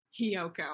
Hiyoko